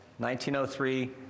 1903